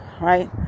right